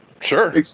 Sure